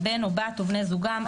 בן או בת ובני זוגם,